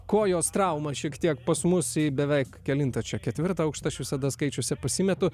kojos trauma šiek tiek pas mus į beveik kelintą čia ketvirtą aukštą aš visada skaičiuose pasimetu